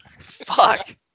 Fuck